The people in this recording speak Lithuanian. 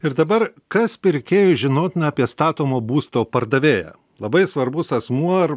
ir dabar kas pirkėjui žinotina apie statomo būsto pardavėją labai svarbus asmuo ar